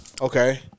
Okay